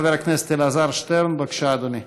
חבר הכנסת אלעזר שטרן, בבקשה, אדוני.